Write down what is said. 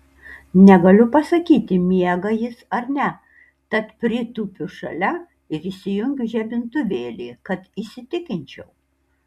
negaliu pasakyti miega jis ar ne tad pritūpiu šalia ir įsijungiu žibintuvėlį kad įsitikinčiau